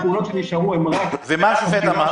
השופט אמר?